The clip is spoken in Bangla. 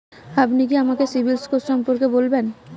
আপনি কি আমাকে সিবিল স্কোর সম্পর্কে বলবেন?